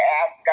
ask